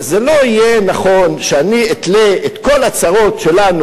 לא היה יום אחד שלא עשתה כל מאמץ לנסות ולהגיע לדו-שיח עם שכנינו,